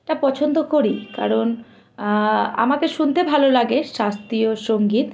টা পছন্দ করি কারণ আমাকে শুনতে ভালো লাগে শাস্ত্রীয় সঙ্গীত